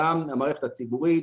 גם המערכת הציבורית